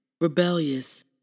rebellious